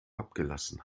abgelassen